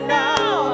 now